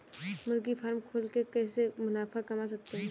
मुर्गी फार्म खोल के कैसे मुनाफा कमा सकते हैं?